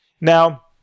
Now